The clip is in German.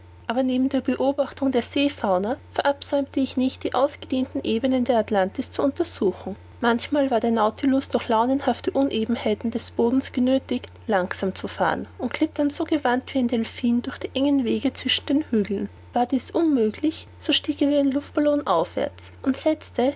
aber neben der beobachtung der seefauna verabsäumte ich nicht die ausgedehnten ebenen der atlantis zu untersuchen manchmal war der nautilus durch launenhafte unebenheiten des bodens genöthigt langsam zu fahren und glitt dann so gewandt wie ein delphin durch die engen wege zwischen hügeln war dies unmöglich so stieg er wie ein luftballon aufwärts und setzte